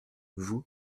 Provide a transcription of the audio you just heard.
vous